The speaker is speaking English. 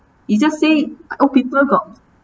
you just said oh old people got